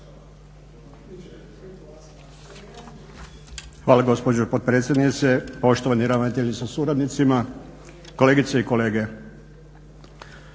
Hvala gospođo potpredsjednice, poštovani ravnatelji sa suradnicima, kolegice i kolege.